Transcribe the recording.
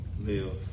live